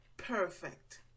perfect